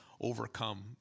overcome